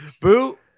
Boo